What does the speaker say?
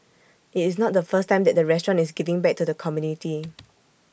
IT is not the first time that the restaurant is giving back to the community